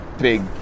big